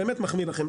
באמת מחמיא לכם,